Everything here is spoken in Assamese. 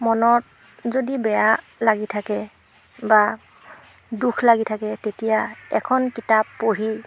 মনত যদি বেয়া লাগি থাকে বা দুখ লাগি থাকে তেতিয়া এখন কিতাপ পঢ়ি